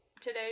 today